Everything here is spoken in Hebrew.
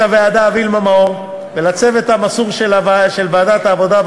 הוועדה וילמה מאור ולצוות המסור של ועדת העבודה,